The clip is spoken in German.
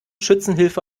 schützenhilfe